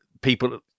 people